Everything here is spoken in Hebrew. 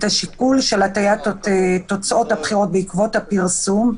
השיקול של הטיית תוצאות הבחירות בעקבות הפרסום.